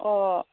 অঁ